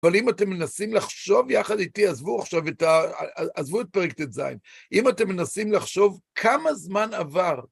אבל אם אתם מנסים לחשוב יחד איתי, עזבו עכשיו את פרק ט"ז, אם אתם מנסים לחשוב כמה זמן עבר,